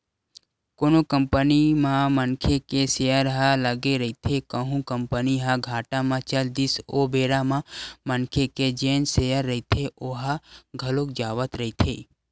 कोनो कंपनी म मनखे के सेयर ह लगे रहिथे कहूं कंपनी ह घाटा म चल दिस ओ बेरा म मनखे के जेन सेयर रहिथे ओहा घलोक जावत रहिथे